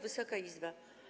Wysoka Izbo!